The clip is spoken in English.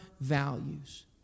values